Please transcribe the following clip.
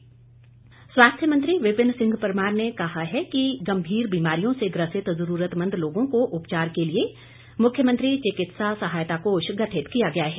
विपिन परमार स्वास्थ्य मंत्री विपिन सिंह परमार ने कहा है कि गंभीर बीमारियों से ग्रसित जरूरतमंद लोगों को उपचार के लिए मुख्यमंत्री चिकित्सा सहायता कोष गठित किया गया है